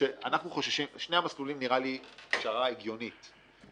שני המסלולים נראה לי פשרה הגיונית,